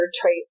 traits